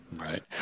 Right